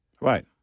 Right